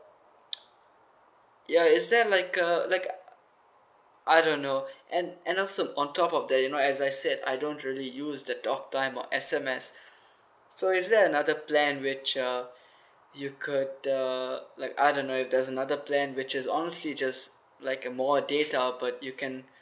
ya is there like a like I don't know and and also on top of that you know as I said I don't really use the talk time or S_M_S so is there another plan which uh you could uh like I don't know if there's another plan which is honestly just like a more data but you can